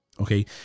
Okay